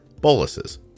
boluses